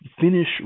finish